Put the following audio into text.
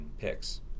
picks